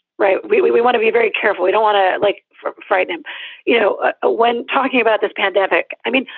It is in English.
right. we we we want to be very careful. we don't want to like frighten him. you know, ah when talking about this pandemic, i mean,